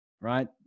Right